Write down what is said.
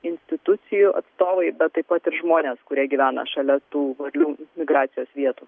institucijų atstovai bet taip pat ir žmonės kurie gyvena šalia tų varlių migracijos vietų